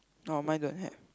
oh mine don't have